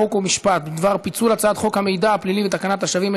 חוק ומשפט בדבר פיצול הצעת חוק המידע הפלילי ותקנת השבים,